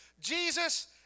Jesus